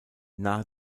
nahe